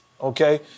Okay